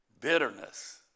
Bitterness